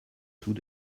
tout